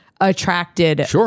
attracted